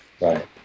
Right